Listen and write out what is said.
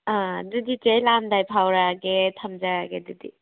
ꯑꯥ ꯑꯗꯨꯗꯤ ꯆꯦ ꯑꯩ ꯂꯥꯛꯂꯝꯗꯥꯏꯗ ꯐꯥꯎꯔꯀꯂꯒꯦ ꯊꯝꯖꯔꯒꯦ ꯑꯗꯨꯗꯤ